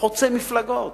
חוצה מפלגות.